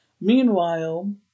Meanwhile